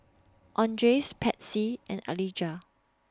Andres Patsy and Alijah